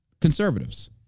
conservatives